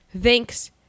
thanks